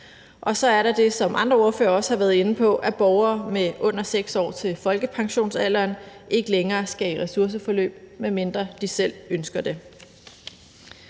Og så er der det, som andre ordførere også har været inde på, at borgere med under 6 år til folkepensionsalderen ikke længere skal i ressourceforløb, medmindre de selv ønsker det.